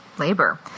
labor